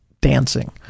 dancing